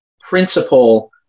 principle